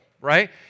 Right